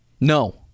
No